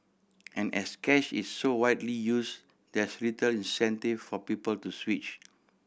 and as cash is so widely used there's little incentive for people to switch